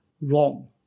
Wrong